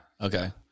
Okay